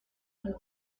hals